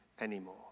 anymore